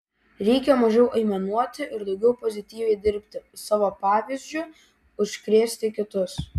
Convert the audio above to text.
reikia mažiau aimanuoti ir daugiau pozityviai dirbti savo pavyzdžiu užkrėsti kitus